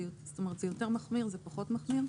זה פחות מחמיר?